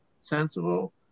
sensible